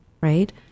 Right